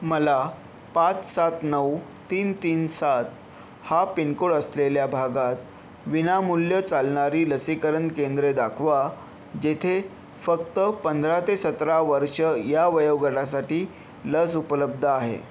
मला पाच सात नऊ तीन तीन सात हा पिनकोड असलेल्या भागात विनामूल्य चालणारी लसीकरण केंद्रे दाखवा जेथे फक्त पंधरा ते सतरा वर्ष ह्या वयोगटासाठी लस उपलब्ध आहे